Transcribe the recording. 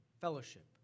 fellowship